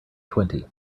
twenty